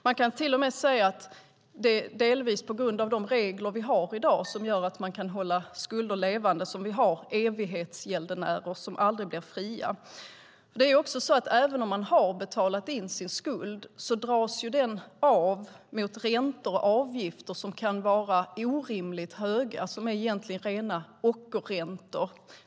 Man kan till och med säga att det delvis är på grund av de regler vi har i dag och som gör att man kan hålla skulder levande som vi har evighetsgäldenärer som aldrig blir fria. Det är också så att även om man har betalat in sin skuld så dras den av mot räntor och avgifter som kan vara orimligt höga - egentligen rena ockerräntor.